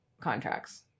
contracts